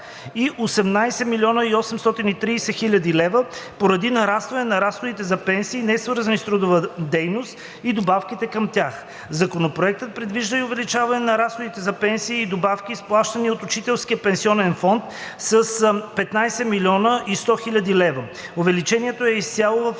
- 18 830,0 хил. лв. поради нарастване на разходите за пенсии, несвързани с трудова дейност, и добавките към тях. Законопроектът предвижда и увеличаване на разходите за пенсии и добавки, изплащани от Учителския пенсионен фонд, с 15 100,0 хил. лв. Увеличението е изцяло в